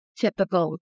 typical